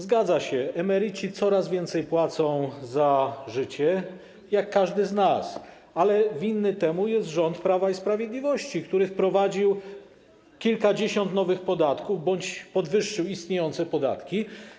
Zgadza się, emeryci coraz więcej płacą, wydają na życie, jak każdy z nas, ale winny temu jest rząd Prawa i Sprawiedliwości, który wprowadził kilkadziesiąt nowych podatków bądź podwyższył istniejące podatki.